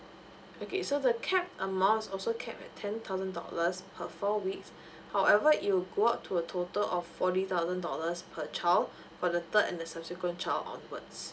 okay so the cap amounts is also cap at ten thousand dollars per four weeks however it will go up to a total of forty thousand dollars per child for the third and the subsequent child onwards